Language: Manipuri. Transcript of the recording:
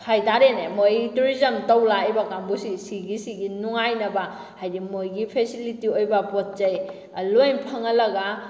ꯍꯥꯏ ꯇꯥꯔꯦꯅꯦ ꯃꯣꯏ ꯇꯨꯔꯤꯖꯝ ꯇꯧ ꯂꯥꯛꯏꯕ ꯀꯥꯡꯕꯨꯁꯤ ꯁꯤꯒꯤꯁꯤꯒꯤ ꯅꯨꯡꯉꯥꯏꯅꯕ ꯍꯥꯏꯗꯤ ꯃꯣꯏꯒꯤ ꯐꯦꯁꯤꯂꯤꯇꯤ ꯑꯣꯏꯕ ꯄꯣꯠꯆꯩ ꯂꯣꯏ ꯐꯪꯍꯜꯂꯒ